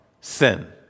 sin